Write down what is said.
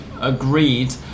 agreed